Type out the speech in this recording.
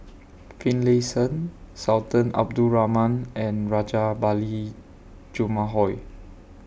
Finlayson Sultan Abdul Rahman and Rajabali Jumabhoy